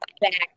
back